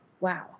wow